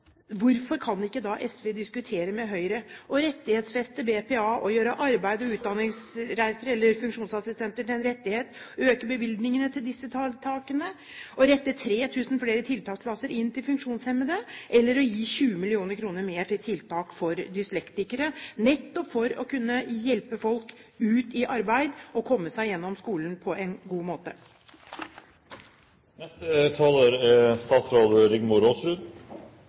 Hvorfor kan ikke SV diskutere med Høyre og rettighetsfeste BPA, og gjøre arbeids- og utdanningsreiser eller funksjonsassistenter til en rettighet, øke bevilgningene til disse tiltakene og rette 3 000 flere tiltaksplasser inn mot funksjonshemmede, eller gi 20 mill. kr mer til tiltak for dyslektikere, nettopp for å kunne hjelpe folk ut i arbeid og sørge for at de kommer seg gjennom skolen på en god måte? I en debatt som dette tror jeg det er